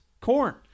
corn